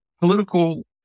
political